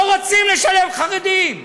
לא רוצים לשלב חרדים.